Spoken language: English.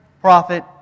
prophet